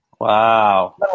Wow